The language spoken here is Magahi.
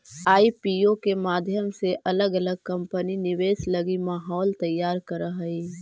आईपीओ के माध्यम से अलग अलग कंपनि निवेश लगी माहौल तैयार करऽ हई